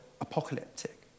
apocalyptic